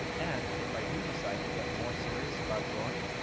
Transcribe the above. and if i do decide to get more serious about drawing,